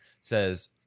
says